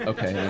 Okay